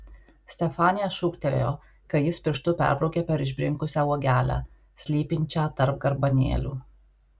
stefanija šūktelėjo kai jis pirštu perbraukė per išbrinkusią uogelę slypinčią tarp garbanėlių